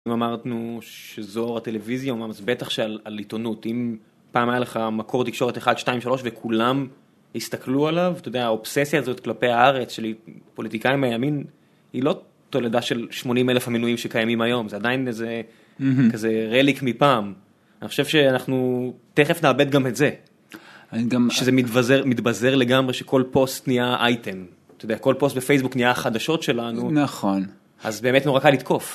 אם אמרנו שזו הטלוויזיה, אז בטח שעל עיתונות, אם פעם היה לך מקור תקשורת 1, 2, 3 וכולם הסתכלו עליו, אתה יודע, האובססיה הזאת כלפי הארץ של פוליטיקאים מהימין היא לא תולדה של 80 אלף המינויים שקיימים היום, זה עדיין איזה כזה רליק מפעם, אני חושב שאנחנו, תכף נאבד גם את זה, שזה מתבזר לגמרי שכל פוסט נהיה אייטם, אתה יודע, כל פוסט בפייסבוק נהיה החדשות שלנו. נכון. אז באמת נורא קל לתקוף.